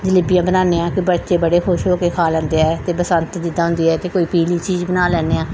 ਜਲੇਬੀਆਂ ਬਣਾਉਂਦੇ ਹਾਂ ਕਿ ਬੱਚੇ ਬੜੇ ਖੁਸ਼ ਹੋ ਕੇ ਖਾ ਲੈਂਦੇ ਹੈ ਅਤੇ ਬਸੰਤ ਜਿੱਦਾਂ ਹੁੰਦੀ ਹੈ ਤਾਂ ਕੋਈ ਪੀਲੀ ਚੀਜ਼ ਬਣਾ ਲੈਂਦੇ ਹਾਂ